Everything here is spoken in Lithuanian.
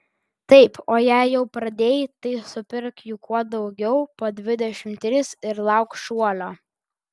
taip o jei jau pradėjai tai supirk jų kuo daugiau po dvidešimt tris ir lauk šuolio